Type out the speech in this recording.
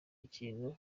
ikintu